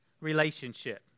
relationship